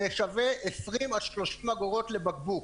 זה שווה 20 עד 30 אגורות לבקבוק.